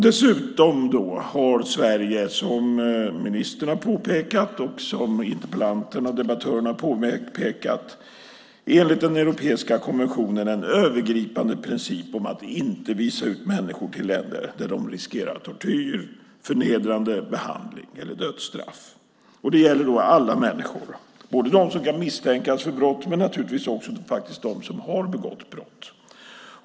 Dessutom har Sverige, som ministern och debattörerna har påpekat, enligt den europeiska konventionen en övergripande princip om att inte visa ut människor till länder där de riskerar tortyr, förnedrande behandling eller dödsstraff. Det gäller alla människor, både dem som kan misstänkas för brott och naturligtvis dem som har begått brott.